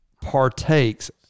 partakes